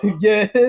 yes